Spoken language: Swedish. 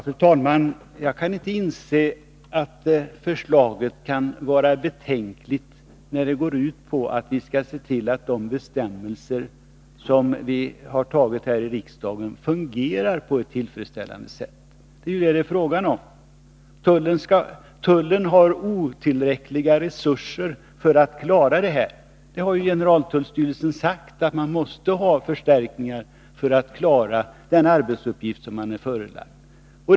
Fru talman! Jag kan inte inse att förslaget kan vara betänkligt, när det går ut på att vi skall se till att de bestämmelser som vi har fastställt här i riksdagen fungerar på ett tillfredsställande sätt — det är ju vad det är fråga om. Tullen harotillräckliga resurser för att klara denna uppgift. Generaltullstyrelsen har sagt att den måste få förstärkta resurser för att klara den arbetsuppgift som styrelsen är förelagd.